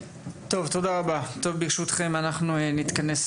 ברשותכם אנחנו נתכנס לסיכום.